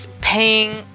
paying